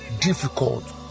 difficult